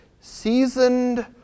seasoned